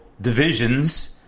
divisions